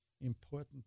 important